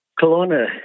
Kelowna